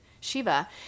Shiva